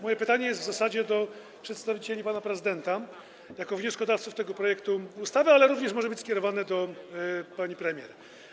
Moje pytanie jest w zasadzie do przedstawicieli pana prezydenta jako wnioskodawcy tego projektu ustawy, ale również może być skierowane do pani premier.